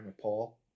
Paul